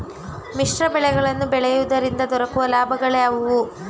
ಮಿಶ್ರ ಬೆಳೆಗಳನ್ನು ಬೆಳೆಯುವುದರಿಂದ ದೊರಕುವ ಲಾಭಗಳು ಯಾವುವು?